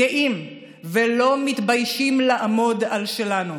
גאים ולא מתביישים לעמוד על שלנו.